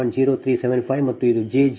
0375 ಮತ್ತು ಇದು jಜೆ 0